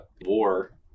war